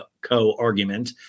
co-argument